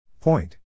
Point